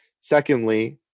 secondly